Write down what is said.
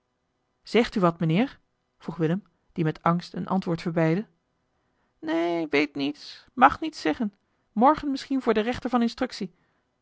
zegt u wat mijnheer vroeg willem die met angst een antwoord verbeidde neen weet niets mag niets zeggen morgen misschien voor den rechter van instructie